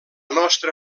nostra